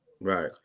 Right